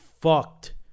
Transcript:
fucked